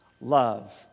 love